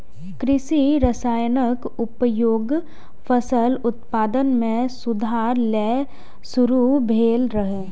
कृषि रसायनक उपयोग फसल उत्पादन मे सुधार लेल शुरू भेल रहै